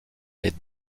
les